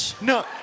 No